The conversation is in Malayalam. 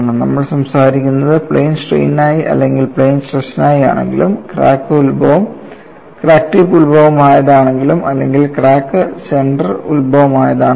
നമ്മൾ സംസാരിക്കുന്നത് പ്ലെയിൻ സ്ട്രെയിനായി അല്ലെങ്കിൽ പ്ലെയിൻ സ്ട്രെസ്നായി ആണെങ്കിലും ക്രാക്ക് ടിപ്പ് ഉത്ഭവം ആയതാണെങ്കിലും അല്ലെങ്കിൽ ക്രാക്ക് സെന്റർ ഉത്ഭവം ആയതാണെങ്കിലും